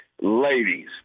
ladies